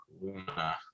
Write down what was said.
Luna